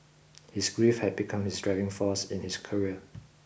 his grief had become his driving force in his career